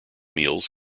meals